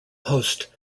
host